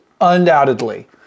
undoubtedly